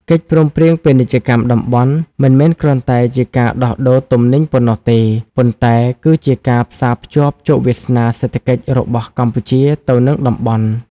កិច្ចព្រមព្រៀងពាណិជ្ជកម្មតំបន់ មិនមែនគ្រាន់តែជាការដោះដូរទំនិញប៉ុណ្ណោះទេ ប៉ុន្តែគឺជាការផ្សារភ្ជាប់ជោគវាសនាសេដ្ឋកិច្ចរបស់កម្ពុជាទៅនឹងតំបន់។